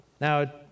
Now